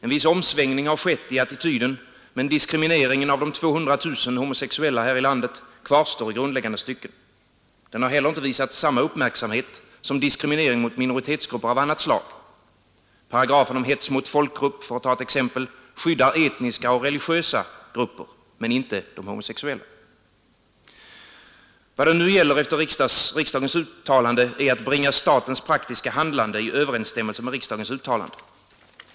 En viss omsvängning har skett i attityderna, men diskrimineringen av de ca 200 000 homosexuella här i landet kvarstår i grundläggande stycken. Den har heller inte visats samma uppmärksamhet som diskriminering mot minoritetsgrupper av annat slag. Paragrafen om hets mot folkgrupp, för att ta ett exempel, skyddar etniska och religiösa grupper men inte de homosexuella. Det gäller nu att bringa statens praktiska handlande i överensstämmelse med riksdagens uttalande.